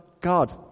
God